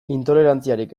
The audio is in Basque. intolerantziarik